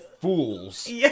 fools